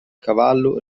cavallo